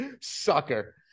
sucker